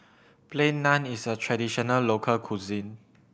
Plain Naan is a traditional local cuisine